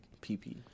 pee-pee